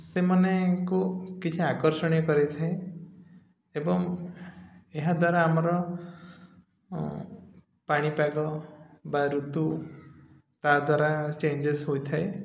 ସେମାନଙ୍କୁ କିଛି ଆକର୍ଷଣୀୟ କରିଥାଏ ଏବଂ ଏହାଦ୍ୱାରା ଆମର ପାଣିପାଗ ବା ଋତୁ ତା' ଦ୍ୱାରା ଚେଞ୍ଜେସ୍ ହୋଇଥାଏ